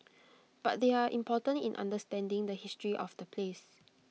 but they are important in understanding the history of the place